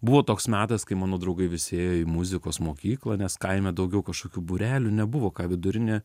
buvo toks metas kai mano draugai visi ėjo į muzikos mokyklą nes kaime daugiau kažkokių būrelių nebuvo ką vidurinė